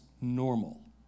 normal